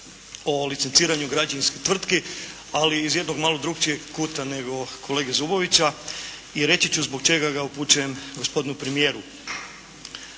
o licenciranju građevinskih tvrtki, ali iz jedno malo drukčijeg kuta nego kolege Zubovića. I reći ću zbog čega ga upućujem gospodinu premijeru.